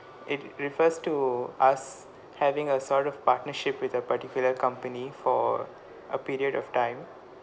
it refers to us having a sort of partnership with a particular company for a period of time